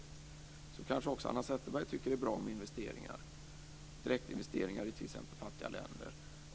Alltså kanske också Hanna Zetterberg tycker att det är bra med direktinvesteringar i t.ex. fattiga länder.